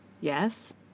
Yes